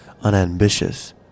unambitious